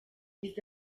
yagize